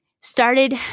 started